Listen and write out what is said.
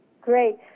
Great